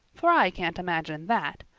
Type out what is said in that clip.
for i can't imagine that.